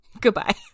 Goodbye